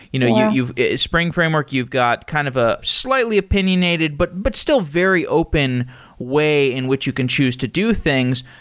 you know yeah spring framework, you've got kind of a slightly opinionated, but but still very open way in which you can choose to do things.